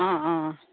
অঁ অঁ